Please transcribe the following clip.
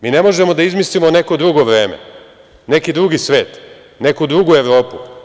Mi ne možemo da izmislimo neko drugo vreme, neki drugi svet, neku drugu Evropu.